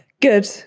Good